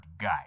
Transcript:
guy